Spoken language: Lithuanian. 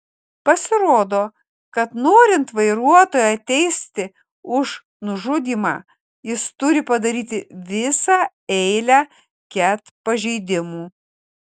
pasirodo kad norint vairuotoją teisti už nužudymą jis turi padaryti visą eilę ket pažeidimų